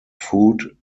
food